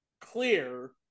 clear